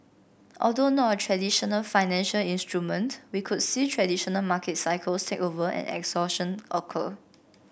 although not a traditional financial instrument we could see traditional market cycles take over and exhaustion occur